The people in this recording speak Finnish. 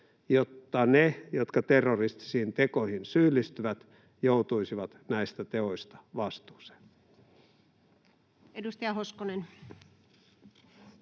jotta ne, jotka terroristisiin tekoihin syyllistyvät, joutuisivat näistä teoista vastuuseen. [Speech